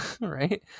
Right